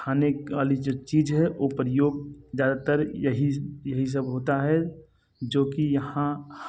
खाने वाली जो चीज़ है वो प्रयोग ज़्यादातर यही यही सब होता है जो कि यहाँ